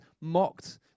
mocked